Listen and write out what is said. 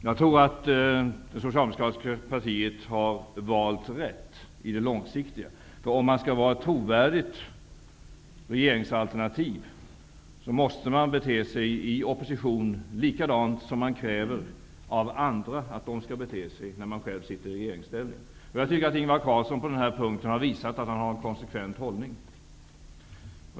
Jag tror att det socialdemokratiska partiet har valt rätt i det långsiktiga perspektivet. Om det skall vara ett trovärdigt regeringsalternativ, måste det i opposition bete sig likadant som man kräver av andra när man själv sitter i regeringsställning. På den här punkten har Ingvar Carlsson visat att han har en konsekvent hållning.